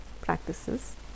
practices